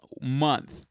month